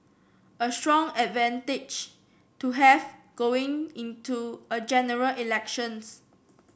a strong advantage to have going into a General Elections